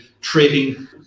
trading